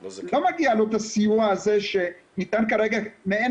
לא מגיע לו הסיוע הזה שניתן כרגע כמעין